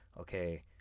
okay